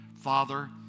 Father